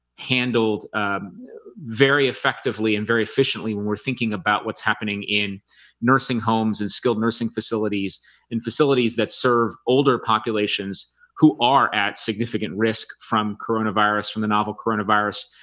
handled very effectively and very efficiently when we're thinking about what's happening in nursing homes and skilled nursing facilities and facilities that serve older populations who are at significant risk from coronavirus from the novel coronavirus?